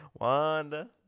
Wanda